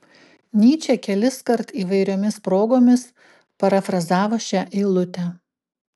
nyčė keliskart įvairiomis progomis parafrazavo šią eilutę